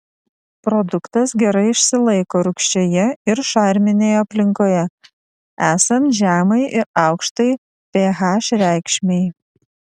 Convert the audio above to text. produktas gerai išsilaiko rūgščioje ir šarminėje aplinkoje esant žemai ir aukštai ph reikšmei